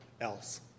else